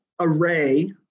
array